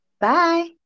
Bye